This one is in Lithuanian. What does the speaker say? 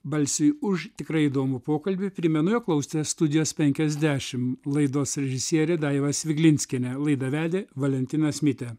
balsiui už tikrai įdomų pokalbį primenu jog klausotės studijos penkiasdešim laidos režisierė daiva sviglinskienė laidą vedė valentinas mitė